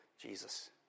Jesus